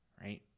right